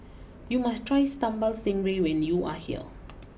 you must try Sambal Stingray when you are here